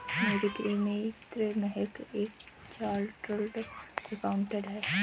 मेरी प्रिय मित्र महक एक चार्टर्ड अकाउंटेंट है